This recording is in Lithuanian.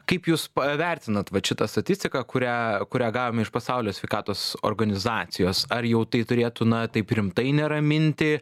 kaip jūs vertinat vat šitą statistiką kurią kurią gavome iš pasaulio sveikatos organizacijos ar jau tai turėtų na taip rimtai neraminti